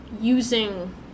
using